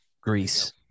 Greece